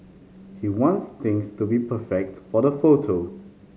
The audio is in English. he wants things to be perfect for the photo